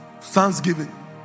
thanksgiving